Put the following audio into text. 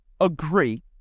agree